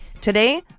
Today